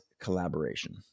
collaboration